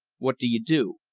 what do you do?